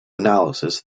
analysis